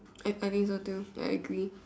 I I think so too I agree